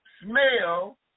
smell